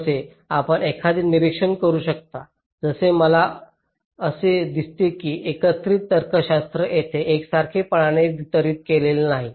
जसे आपण एखादे निरीक्षण करू शकता तसेच मला असे दिसते की एकत्रित तर्कशास्त्र येथे एकसारखेपणाने वितरित केलेले नाही